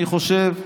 אני חושב,